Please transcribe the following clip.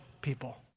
people